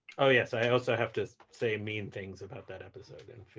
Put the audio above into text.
oh, yes. i also have to say mean things about that episode in